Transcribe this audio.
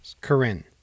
Corinne